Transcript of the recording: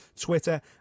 Twitter